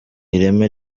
ireme